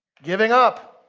giving up,